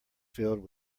filled